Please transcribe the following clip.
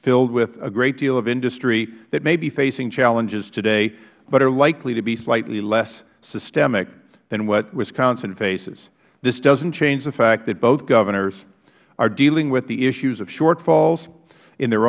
filled with a great deal of industry that may be facing challenges today but are likely to be slightly less systemic than what wisconsin faces this doesnt change the fact that both governors are dealing with the issues of shortfalls in their